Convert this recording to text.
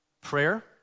prayer